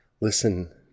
Listen